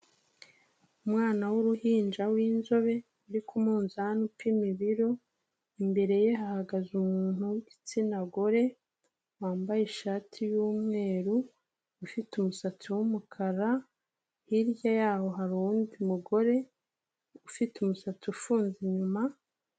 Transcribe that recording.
Umwana w'uruhinja w'inzobe uri ku munzani upima ibiro, imbere ye hahagaze umuntu w'igitsina gore, wambaye ishati y'umweru ufite umusatsi w'umukara, hirya yaho hari uwundi mugore ufite umusatsi ufunze inyuma.